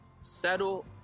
settle